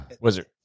Wizard